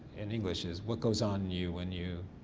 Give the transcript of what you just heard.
in english is, what goes on you when you